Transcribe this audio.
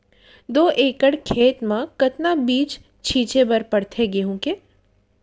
दो एकड़ खेत म कतना बीज छिंचे बर पड़थे गेहूँ के?